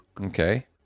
okay